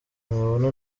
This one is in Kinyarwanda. nabona